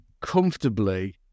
comfortably